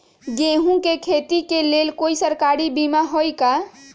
गेंहू के खेती के लेल कोइ सरकारी बीमा होईअ का?